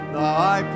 thy